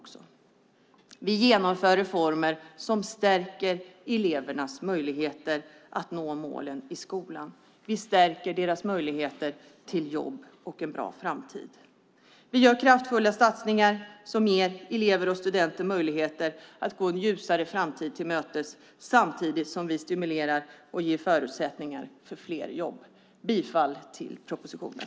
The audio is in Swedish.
Vi genomför reformer som stärker elevernas möjligheter att nå målen i skolan. Vi stärker deras möjligheter till jobb och en bra framtid. Vi gör kraftfulla satsningar som ger elever och studenter möjligheter att gå en ljusare framtid till mötes samtidigt som vi stimulerar till och ger förutsättningar för fler jobb. Jag yrkar bifall till utskottets förslag med anledning av propositionen.